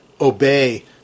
obey